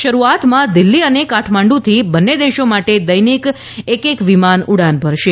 શરૂઆતમાં દિલ્હી અને કાઠમાંડુથી બંને દેશો માટે દૈનિક એક એક વિમાન ઉડાન ભરશે